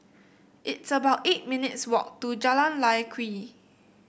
it's about eight minutes' walk to Jalan Lye Kwee